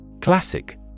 Classic